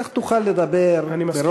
כך תוכל לדבר אני מסכים.